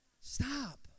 Stop